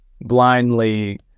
blindly